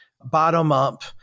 bottom-up